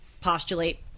postulate